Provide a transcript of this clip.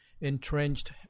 entrenched